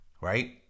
right